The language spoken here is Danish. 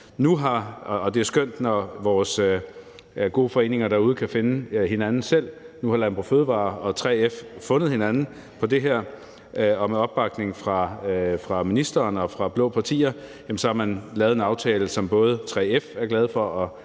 Det er skønt, når vores gode foreninger derude selv kan finde hinanden. Nu har Landbrug & Fødevarer og 3F fundet hinanden på det her, og med opbakning fra ministeren og fra de blå partier har man lavet en aftale, som både 3F og Landbrug